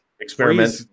Experiment